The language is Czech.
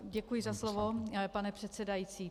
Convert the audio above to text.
Děkuji za slovo, pane předsedající.